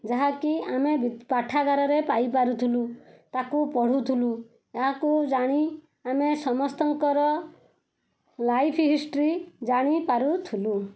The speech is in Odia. ଯାହାକି ଆମେ ବି ପାଠାଗାରରେ ପାଇପାରୁଥୁଲୁ ତାକୁ ପଢ଼ୁଥୁଲୁ ଏହାକୁ ଜାଣି ଆମେ ସମସ୍ତଙ୍କର ଲାଇଫ ହିଷ୍ଟ୍ରୀ ଜାଣିପାରୁଥିଲୁ